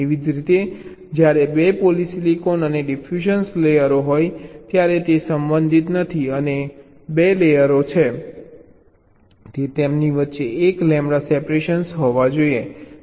એવી જ રીતે જ્યારે 2 પોલિસિલિકોન અને ડિફ્યુઝન લેયરો હોય ત્યારે તે સંબંધિત નથી અને 2 લેયરો છે તે તેમની વચ્ચે 1 લેમ્બડા સેપરેશન હોવા જોઈએ